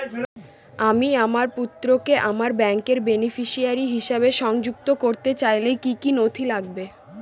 আমি আমার পুত্রকে আমার ব্যাংকের বেনিফিসিয়ারি হিসেবে সংযুক্ত করতে চাইলে কি কী নথি লাগবে?